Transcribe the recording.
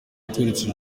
yatweretse